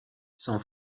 son